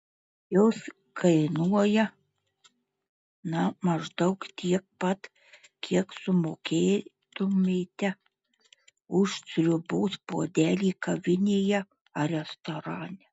jos kainuoja na maždaug tiek pat kiek sumokėtumėte už sriubos puodelį kavinėje ar restorane